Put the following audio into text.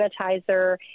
sanitizer